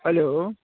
hello